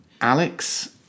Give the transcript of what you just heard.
Alex